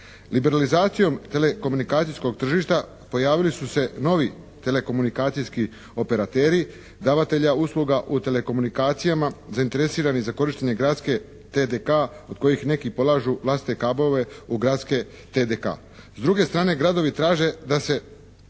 Liberalizacijom telekomunikacijskog tržišta pojavili su se novi telekomunikacijski operateri davatelja usluga u telekomunikacijama zainteresirani za korištenje gradske TDK od kojih neki polažu vlastite kablove u gradske TDK. S druge strane gradovi traže da se